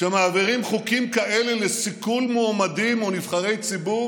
שבו מעבירים חוקים כאלה לסיכול מועמדים או נבחרי ציבור